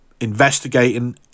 investigating